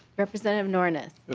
representative nornes. but